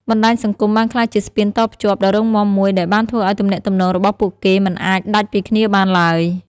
បណ្ដាញសង្គមបានក្លាយជាស្ពានតភ្ជាប់ដ៏រឹងមាំមួយដែលបានធ្វើឲ្យទំនាក់ទំនងរបស់ពួកគេមិនអាចដាច់ពីគ្នាបានឡើយ។